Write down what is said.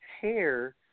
hair